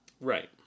Right